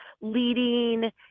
leading